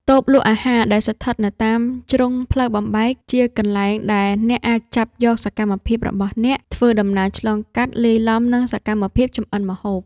តូបលក់អាហារដែលស្ថិតនៅតាមជ្រុងផ្លូវបំបែក ជាកន្លែងដែលអ្នកអាចចាប់យកសកម្មភាពរបស់អ្នកធ្វើដំណើរឆ្លងកាត់ លាយឡំនឹងសកម្មភាពចម្អិនម្ហូប។